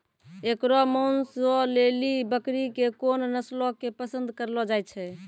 एकरो मांसो लेली बकरी के कोन नस्लो के पसंद करलो जाय छै?